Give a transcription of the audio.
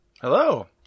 Hello